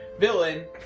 villain